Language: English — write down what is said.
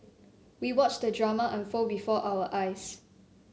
we watched the drama unfold before our eyes